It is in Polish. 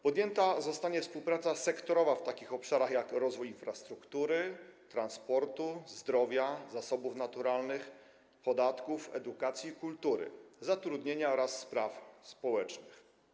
Podjęta zostanie współpraca sektorowa w takich obszarach, jak rozwój infrastruktury, transportu, zdrowia, zasobów naturalnych, podatków, edukacji i kultury, zatrudnienia oraz spraw społecznych.